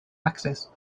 access